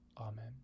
amen